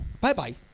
Bye-bye